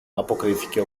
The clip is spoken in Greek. αποκρίθηκε